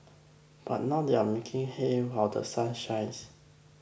but now they are making hay while The Sun shines